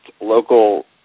local